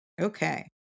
Okay